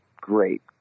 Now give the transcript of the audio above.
great